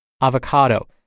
avocado